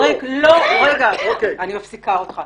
בריק, אני מפסיקה אותך.